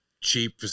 cheap